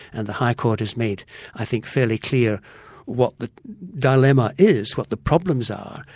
and the high court has made i think fairly clear what the dilemma is, what the problems are,